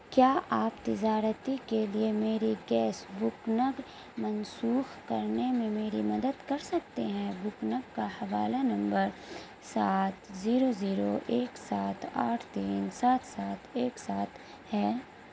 کیا آپ تجارتی کے لیے میری گیس بکنگ منسوخ کرنے میں میری مدد کر سکتے ہیں بکنک کا حوالہ نمبر سات زیرو زیرو ایک سات آٹھ تین سات سات ایک سات ہے